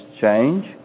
change